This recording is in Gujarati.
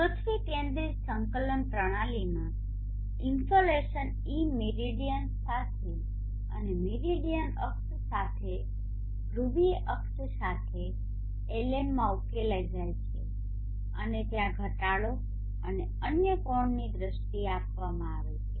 પૃથ્વી કેન્દ્રિત સંકલન પ્રણાલીમાંથી ઇન્સોલેશન ઇ મેરીડિયન સાથે અને મેરીડીયન અક્ષ સાથે ધ્રુવીય અક્ષ સાથે Lm માં ઉકેલાઈ જાય છે અને ત્યાં ઘટાડો અને અન્ય કોણની દ્રષ્ટિએ આપવામાં આવે છે